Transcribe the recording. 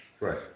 Right